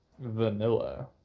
vanilla